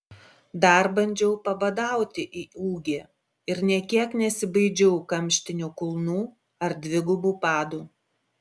dar bandžiau pabadauti į ūgį ir nė kiek nesibaidžiau kamštinių kulnų ar dvigubų padų